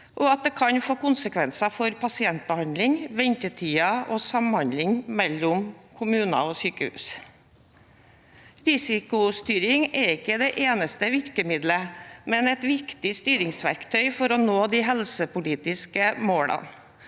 og at det kan få konsekvenser for pasientbehandling, ventetider og samhandling mellom kommuner og sykehus. Risikostyring er ikke det eneste virkemiddelet, men det er et viktig styringsverktøy for å nå de helsepolitiske målene,